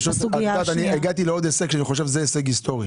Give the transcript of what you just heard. הגעתי לעוד הישג היסטורי